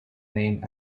named